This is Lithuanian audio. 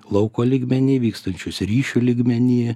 lauko lygmeny vykstančius ryšių lygmeny